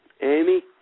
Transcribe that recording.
Amy